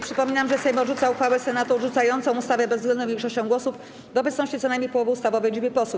Przypominam, że Sejm odrzuca uchwałę Senatu odrzucającą ustawę bezwzględną większością głosów w obecności co najmniej połowy ustawowej liczby posłów.